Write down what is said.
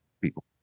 people